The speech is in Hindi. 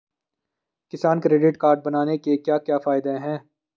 किसान क्रेडिट कार्ड बनाने के क्या क्या फायदे हैं?